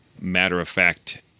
matter-of-fact